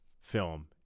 film